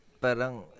parang